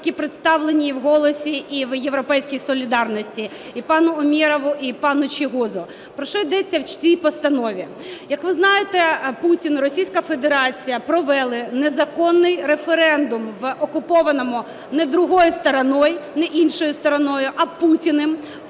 які представлені і в "Голосі", і в "Європейській солідарності", і пану Умєрову, і пану Чийгозу. Про що йдеться в цій постанові. Як ви знаєте, Путін і Російська Федерація провели незаконний референдум в окупованому… Не другою стороною, не іншою стороною, а Путіним